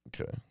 Okay